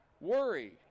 worry